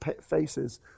faces